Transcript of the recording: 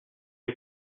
les